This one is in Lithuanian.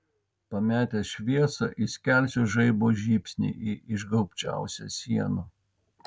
pametęs šviesą įskelsiu žaibo žybsnį į išgaubčiausią sieną